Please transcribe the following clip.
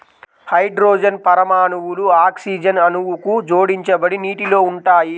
hydrogen పరమాణువులు oxygen అణువుకు జోడించబడి నీటిలో ఉంటాయి